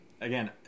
again